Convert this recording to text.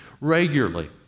regularly